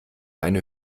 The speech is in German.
eine